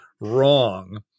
Wrong